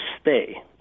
stay